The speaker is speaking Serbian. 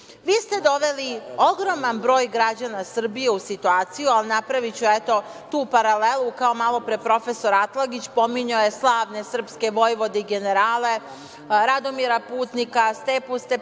ste doveli ogroman broj građana Srbije u situaciju, a napraviću paralelu, kao malopre prof. Atlagić, koji je pominjao slavne srpske vojvode i generale – Radomira Putnika, Stepu Stepanovića,